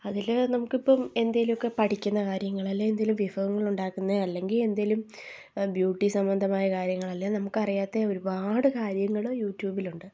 അതിൽ നമുക്കിപ്പം എന്തേലുവക്കെ പഠിക്കുന്ന കാര്യങ്ങൾ അല്ലേ എന്തേലും വിഭവങ്ങളുണ്ടാക്കുന്നത് അല്ലെങ്കിൽ എന്തേലും ബ്യൂട്ടി സംബന്ധമായ കാര്യങ്ങൾ അല്ലേ നമുക്കറിയാത്ത ഒരുപാട് കാര്യങ്ങൾ യൂട്യൂബിലൊണ്ട്